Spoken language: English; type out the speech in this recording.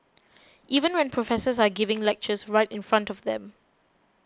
even when professors are giving lectures right in front of them